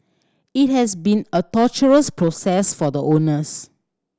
it has been a torturous process for the owners